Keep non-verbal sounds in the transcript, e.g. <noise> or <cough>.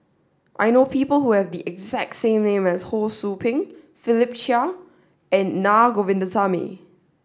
I know people who have the exact <unintelligible> name as Ho Sou Ping Philip Chia and Naa Govindasamy